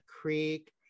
Creek